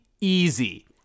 Easy